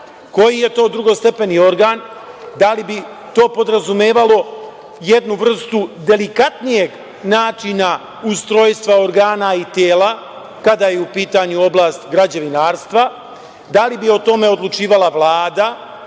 Koji je to drugostepeni organ, da li bi to podrazumevalo jednu vrstu delikatnijeg načina ustrojstva organa i tela, kada je u pitanju oblast građevinarstva? Da li bi o tome odlučivala Vlada